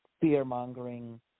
fear-mongering